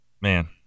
man